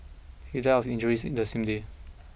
he died of injuries in the same day